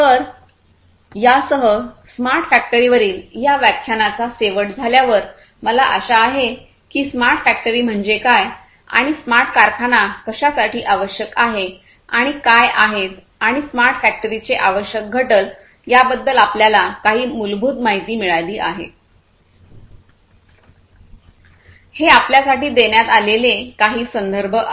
तर यासह स्मार्ट फॅक्टरीवरील या व्याख्यानाचा शेवट झाल्यावर मला आशा आहे की स्मार्ट फॅक्टरी म्हणजे काय आणि स्मार्ट कारखाना कशासाठी आवश्यक आहेत आणि काय आहेत आणि स्मार्ट फॅक्टरीचे आवश्यक घटक याबद्दल आपल्याला काही मूलभूत माहिती मिळाली आहे हे आपल्यासाठी देण्यात आलेले काही संदर्भ आहेत